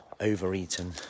overeaten